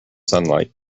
sunlight